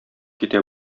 китә